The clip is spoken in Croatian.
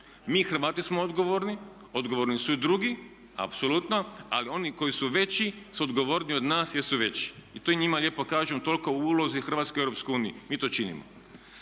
Mi Hrvati smo odgovorni, odgovorni su i drugi apsolutno. Ali oni koji su veći su odgovorniji od nas jer su veći i to njima lijepo kažemo toliko o ulozi Hrvatske u EU. Mi to činimo.